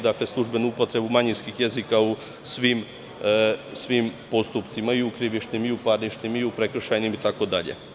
Dakle, službenu upotrebu manjinskih jezika u svim postupcima – krivičnim, parničnim, prekršajnim, itd.